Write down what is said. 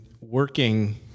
working